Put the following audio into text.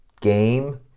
game